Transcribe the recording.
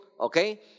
Okay